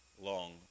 long